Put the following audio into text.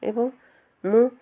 ଏବଂ ମୁଁ